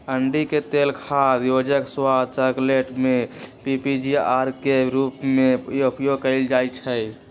अंडिके तेल खाद्य योजक, स्वाद, चकलेट में पीजीपीआर के रूप में उपयोग कएल जाइछइ